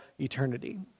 eternity